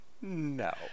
No